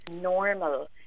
normal